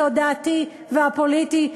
התודעתי והפוליטי,